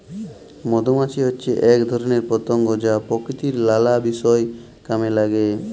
মধুমাছি হচ্যে এক ধরণের পতঙ্গ যা প্রকৃতির লালা বিষয় কামে লাগে